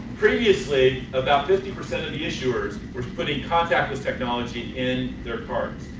previously, about fifty percent of the issuers was putting contactless technology in their cards.